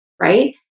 right